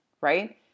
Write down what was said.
right